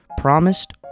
promised